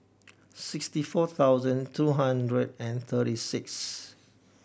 sixty four thousand three hundred and thirty six